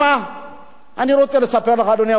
ובהרבה מאוד הזדמנויות שמעת אותי